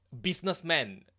businessman